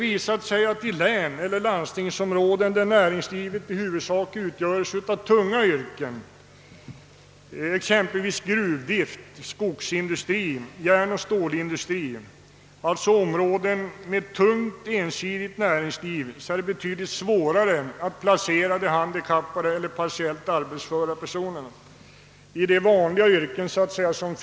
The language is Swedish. I län eller landstingsområden med tungt, ensidigt näringsliv, exempelvis gruvdrift, skogsindustri, järnoch stålindustri, är det betydligt svårare att placera handikappade eller partiellt arbetsföra i »vanliga» yrken.